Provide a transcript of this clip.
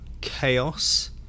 chaos